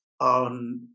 on